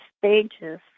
stages